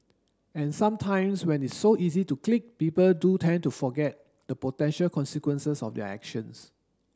and sometimes when it's so easy to click people do tend to forget the potential consequences of their actions